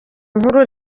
nkuru